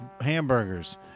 hamburgers